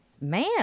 Man